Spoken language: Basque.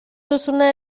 duzuna